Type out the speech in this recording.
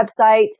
website